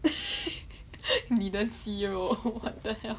你的肌肉 what the hell